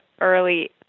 early